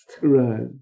Right